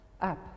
up